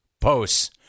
posts